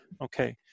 okay